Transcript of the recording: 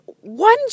one